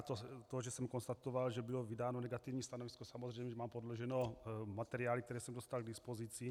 To, že jsem konstatoval, že bylo vydáno negativní stanovisko, samozřejmě mám podloženo materiály, které jsem dostal k dispozici.